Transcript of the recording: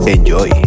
Enjoy